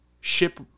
ship